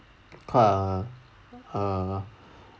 quite a uh